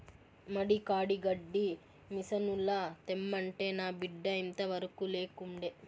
మడి కాడి గడ్డి మిసనుల తెమ్మంటే నా బిడ్డ ఇంతవరకూ లేకుండే